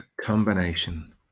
combination